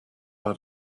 add